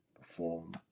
perform